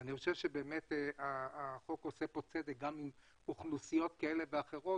אני חושב שהחוק עושה צדק גם עם אוכלוסיות כאלה ואחרות